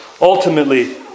Ultimately